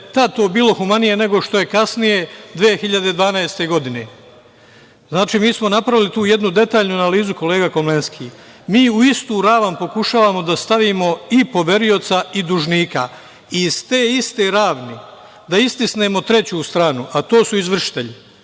da je tada to bilo humanije nego što je kasnije 2012. godine. Znači, mi smo napravili tu jednu detaljnu analizu, kolega Komlenski. Mi u istu ravan pokušavamo da stavimo i poverioca i dužnika i iz te iste ravni da istisnemo treću stranu, a to su izvršitelji.